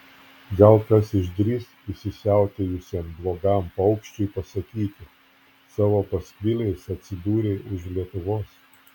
gal kas išdrįs įsisiautėjusiam blogam paukščiui pasakyti savo paskviliais atsidūrei už lietuvos